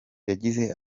yagize